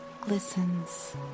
glistens